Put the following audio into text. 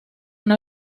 una